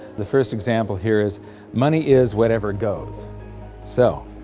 the first example here is money is whatever goes so,